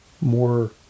more